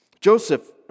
Joseph